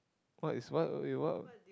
what is what wait what